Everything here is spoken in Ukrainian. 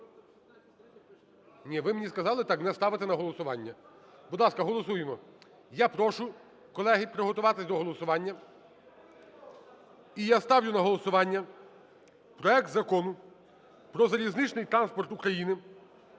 Ні, ви мені сказали так, не ставити на голосування. Будь ласка, голосуємо. Я прошу, колеги, приготуватись до голосування. І я ставлю на голосування проект Закону про залізничний транспорт України